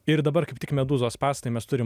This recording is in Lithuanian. ir dabar kaip tik medūzos spąstai mes turim